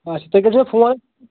آچھا تُہۍ کٔرۍزیو مےٚ فون